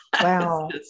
Wow